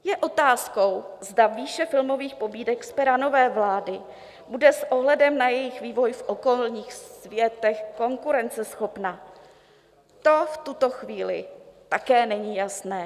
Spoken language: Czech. Je otázkou, zda výše filmových pobídek z pera nové vlády bude s ohledem na jejich vývoj v okolním světě konkurenceschopná, to v tuto chvíli také není jasné.